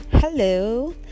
Hello